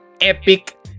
epic